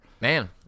Man